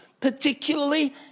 particularly